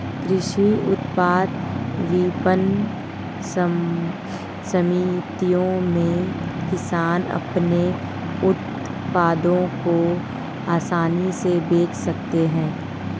कृषि उत्पाद विपणन समितियों में किसान अपने उत्पादों को आसानी से बेच सकते हैं